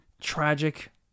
Tragic